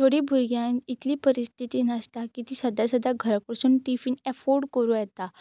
थोडीं भुरग्यांक इतली परिस्थिती नासता की ती सदां सदां घरा पसून टिफीन एफोर्ड करूं येता